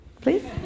please